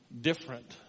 different